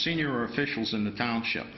senior officials in the township